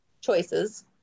choices